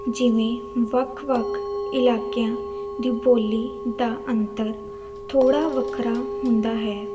ਜਿਵੇਂ ਵੱਖ ਵੱਖ ਇਲਾਕਿਆਂ ਦੀ ਬੋਲੀ ਦਾ ਅੰਤਰ ਥੋੜ੍ਹਾ ਵੱਖਰਾ ਹੁੰਦਾ ਹੈ